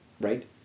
right